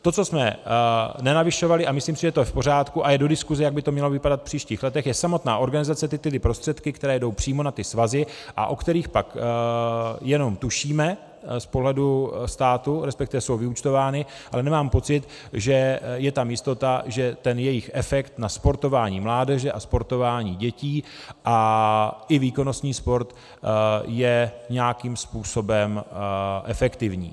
To, co jsme nenavyšovali, a myslím si, že to je v pořádku a je do diskuse, jak by to mělo vypadat v příštích letech, je samotná organizace, tedy ty prostředky, které jdou přímo na ty svazy a o kterých pak jenom tušíme z pohledu státu, resp. jsou vyúčtovány, ale nemám pocit, že je tam jistota, že jejich efekt na sportování mládeže a sportování dětí i výkonnostní sport je nějakým způsobem efektivní.